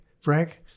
Frank